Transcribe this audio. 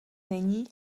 není